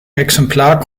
exemplar